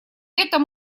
этом